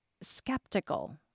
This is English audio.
skeptical